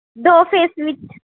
ਦੋ ਫੇਸ ਵਿੱਚ